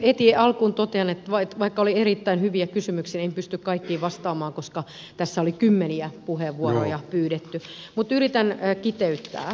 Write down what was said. heti alkuun totean että vaikka oli erittäin hyviä kysymyksiä en pysty kaikkiin vastaamaan koska tässä oli kymmeniä puheenvuoroja pyydetty mutta yritän kiteyttää